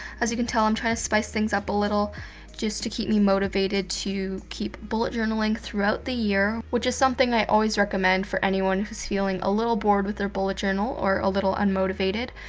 as you can tell i'm trying to spice things up a little just to keep me motivated to keep bullet journaling throughout the year, which is something i always recommend for anyone who is feeling a little bored with their bullet journal or a little unmotivated.